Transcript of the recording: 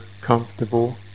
comfortable